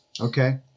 Okay